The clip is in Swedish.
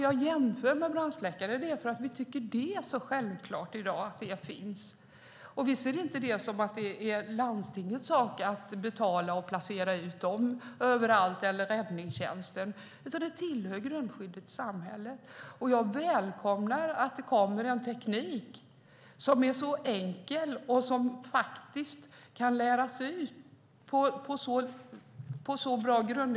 Jag jämför med brandsläckare därför att vi tycker att det är självklart i dag att det finns. Vi ser det inte som landstingets eller räddningstjänstens sak att betala och placera ut brandsläckare överallt. Det tillhör grundskyddet i samhället. Jag välkomnar att det kommer en teknik som är enkel och som kan läras ut på bra grunder.